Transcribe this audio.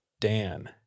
Dan